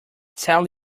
tell